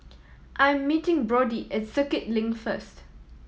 I am meeting Brodie at Circuit Link first